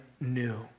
new